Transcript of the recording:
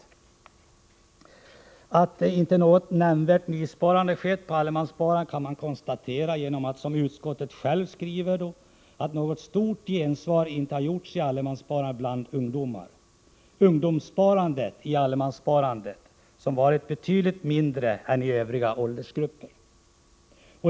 Man kan vidare konstatera att något nämnvärt nysparande inte har skett när det gäller allemanssparandet. Utskottsmajoriteten skriver själv att allemanssparandet inte har fått något stort gensvar bland ungdomarna. Ungdomarnas anslutning till allemanssparandet har varit betydligt mindre än i övriga åldersgrupper.